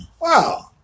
Wow